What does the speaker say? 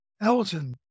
Elton